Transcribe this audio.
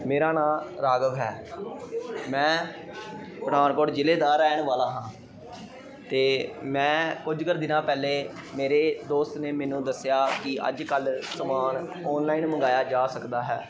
ਮੇਰਾ ਨਾਂ ਰਾਘਵ ਹੈ ਮੈਂ ਪਠਾਨਕੋਟ ਜ਼ਿਲ੍ਹੇ ਦਾ ਰਹਿਣ ਵਾਲਾ ਹਾਂ ਅਤੇ ਮੈਂ ਕੁਝ ਕਰ ਦਿਨਾਂ ਪਹਿਲੇ ਮੇਰੇ ਦੋਸਤ ਨੇ ਮੈਨੂੰ ਦੱਸਿਆ ਕਿ ਅੱਜ ਕੱਲ ਸਮਾਨ ਔਨਲਾਈਨ ਮੰਗਵਾਇਆ ਜਾ ਸਕਦਾ ਹੈ